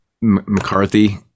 mccarthy